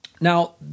Now